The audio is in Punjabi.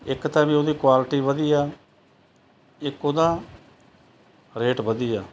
ਇੱਕ ਤਾਂ ਵੀ ਉਹਦੀ ਕੁਆਲਟੀ ਵਧੀਆ ਇੱਕ ਉਹਦਾ ਰੇਟ ਵਧੀਆ